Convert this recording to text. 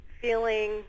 feeling